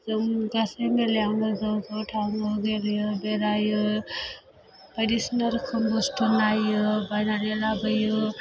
जों गासैबो मेलायावनो ज' ज' थाङो बेरायो बायदिसिना रोखोम बुस्थु नायो बायनानै लाबोयो